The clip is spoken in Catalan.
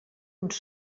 uns